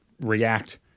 react